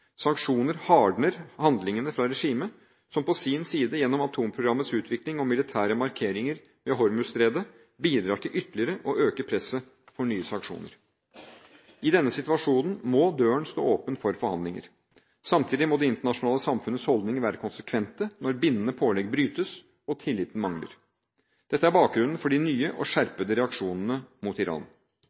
Sanksjoner hardner handlingene fra regimet, som på sin side – gjennom atomprogrammets utvikling og militære markeringer ved Hormuzstredet – bidrar til ytterligere å øke presset for nye sanksjoner. I denne situasjonen må døren stå åpen for forhandlinger. Samtidig må det internasjonale samfunnets holdninger være konsekvente når bindende pålegg brytes og tilliten mangler. Dette er bakgrunnen for de nye og skjerpede reaksjonene mot Iran.